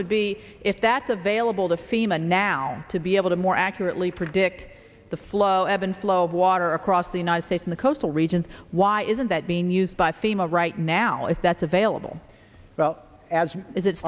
would be if that's available to fema now to be able to more accurately predict the flow ebb and flow of water across the united states in the coastal regions why isn't that being used by fema right now if that's available well as is it